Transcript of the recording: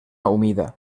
humida